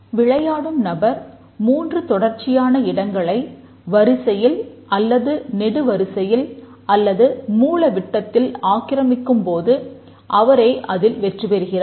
விளையாடும் நபர் மூன்று தொடர்ச்சியான இடங்களை வரிசையில் அல்லது நெடுவரிசையில் அல்லது மூலவிட்டத்தில் ஆக்கிரமிக்கும் போது அவரே அதில் வெற்றி பெறுகிறார்